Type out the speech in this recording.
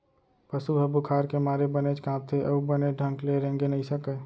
पसु ह बुखार के मारे बनेच कांपथे अउ बने ढंग ले रेंगे नइ सकय